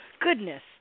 goodness